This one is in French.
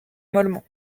mollement